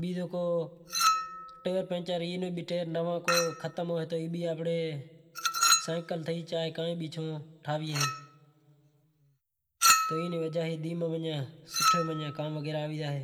بیزو کو ٹیر پنچر ختم ہوئیں تو سینکل تھی یا کائیں بھی ٹھائی ایں تو اینی وجہ اے سوٹھو ماناں کام وغیرہ آوی زائے